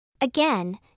Again